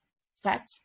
set